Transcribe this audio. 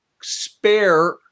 spare